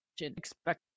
Expect